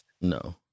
No